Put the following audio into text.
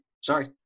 Sorry